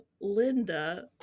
linda